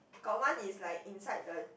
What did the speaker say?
got one is like inside the